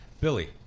Billy